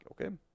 okay